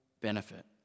benefit